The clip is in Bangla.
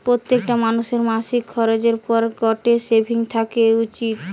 প্রত্যেকটা মানুষের মাসিক খরচের পর গটে সেভিংস থাকা উচিত